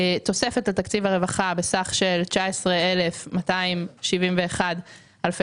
תוספת לתקציב הרווחה בסך של 19,271 אלפי